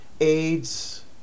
aids